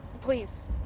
Please